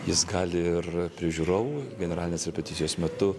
jis gali ir prie žiūrovų generalinės repeticijos metu